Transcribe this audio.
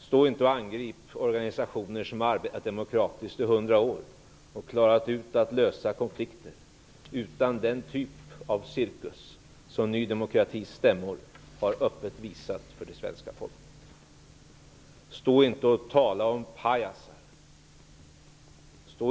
Stå inte och angrip organisationer som arbetat demokratiskt i hundra år och klarat ut att lösa konflikter utan den typen av cirkus som i Ny demokratis stämmor öppet visats för det svenska folket. Stå inte och tala om pajaser.